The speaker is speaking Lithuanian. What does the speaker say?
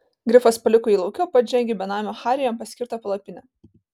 grifas paliko jį lauke o pats žengė į benamio hario jam paskirtą palapinę